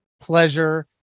pleasure